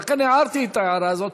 לכן הערתי את ההערה הזאת.